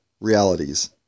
realities